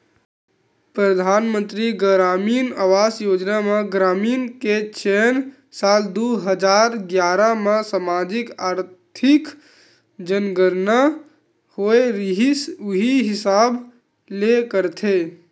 परधानमंतरी गरामीन आवास योजना म ग्रामीन के चयन साल दू हजार गियारा म समाजिक, आरथिक जनगनना होए रिहिस उही हिसाब ले करथे